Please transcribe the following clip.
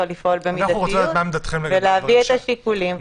לפעול במידתיות ולהביא את השיקולים,